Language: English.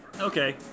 Okay